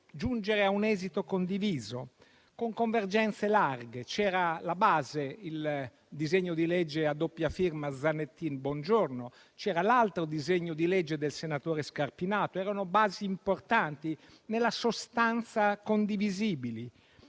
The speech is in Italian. giungere a un esito condiviso con convergenze larghe. C'era il disegno di legge a doppia firma Zanettin-Bongiorno e c'era l'altro disegno di legge del senatore Scarpinato: erano basi importanti, nella sostanza condivisibili.